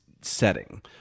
setting